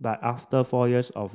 but after four years of